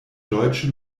deutsche